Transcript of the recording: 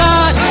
God